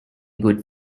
good